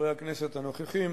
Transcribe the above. מחברי הכנסת הנוכחים